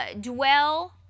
Dwell